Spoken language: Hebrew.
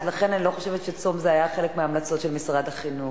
לכן אני לא חושבת שצום זה היה חלק מההמלצות של משרד החינוך.